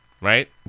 right